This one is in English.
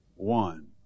one